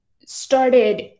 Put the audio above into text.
started